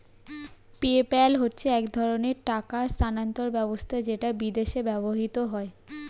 PayPal হচ্ছে এক ধরণের টাকা স্থানান্তর ব্যবস্থা যেটা বিদেশে ব্যবহৃত হয়